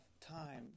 time